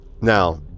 Now